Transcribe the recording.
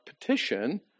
petition